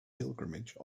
pilgrimage